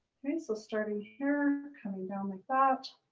i mean so starting here, coming down like that.